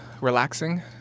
Relaxing